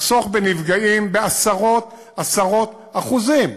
לחסוך בנפגעים בעשרות-עשרות אחוזים,